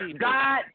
God